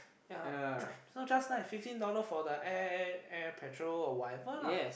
ya so just nice fifty dollars for the air air petrol or whatever lah